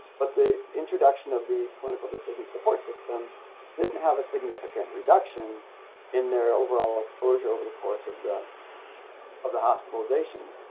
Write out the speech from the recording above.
but the introduction of the clinical decision support system didn't have a significant reduction in their overall exposure over the course of the of the hospitalization.